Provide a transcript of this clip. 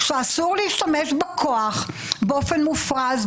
שאסור להשתמש בכוח באופן מופרז,